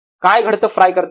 काय घडतं फ्राय करताना